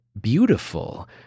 beautiful